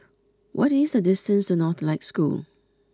what is the distance to Northlight School